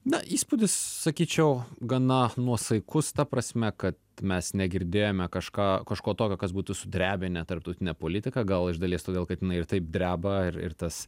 na įspūdis sakyčiau gana nuosaikus ta prasme kad mes negirdėjome kažką kažko tokio kas būtų sudrebinę tarptautinę politiką gal iš dalies todėl kad jinai ir taip dreba ir ir tas